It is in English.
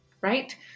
right